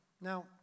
Now